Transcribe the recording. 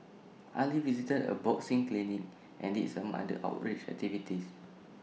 Ali visited A boxing clinic and did some other outreach activities